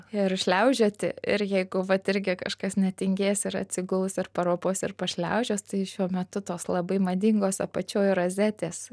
ir šliaužioti ir jeigu vat irgi kažkas netingės ir atsiguls ir paropos ir pašliaužios tai šiuo metu tos labai madingos apačioj rozetės